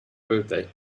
birthday